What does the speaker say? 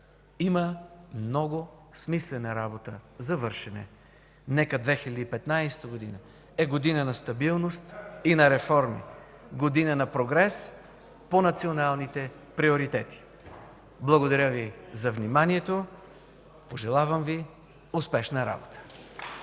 има много смислена работа за вършене. Нека 2015 г. е година на стабилност и на реформи, година на прогрес по националните приоритети. Благодаря Ви за вниманието. Пожелавам Ви успешна работа!